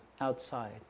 outside